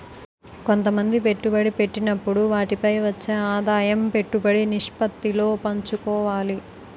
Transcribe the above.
కొంతమంది పెట్టుబడి పెట్టినప్పుడు వాటిపై వచ్చే ఆదాయం పెట్టుబడి నిష్పత్తిలో పంచుకోవాలి